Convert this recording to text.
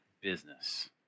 business